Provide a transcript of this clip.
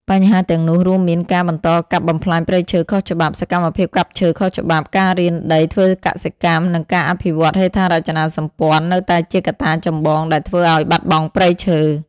បញ្ហាទាំងនោះរួមមាន ការបន្តកាប់បំផ្លាញព្រៃឈើខុសច្បាប់ សកម្មភាពកាប់ឈើខុសច្បាប់ ការរានដីធ្វើកសិកម្ម និងការអភិវឌ្ឍហេដ្ឋារចនាសម្ព័ន្ធនៅតែជាកត្តាចម្បងដែលធ្វើឱ្យបាត់បង់ព្រៃឈើ។